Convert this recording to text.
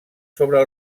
sobre